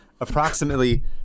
approximately